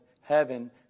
Heaven